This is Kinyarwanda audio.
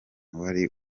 wari